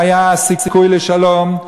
אם היה סיכוי לשלום,